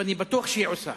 ואני בטוח שהיא עושה.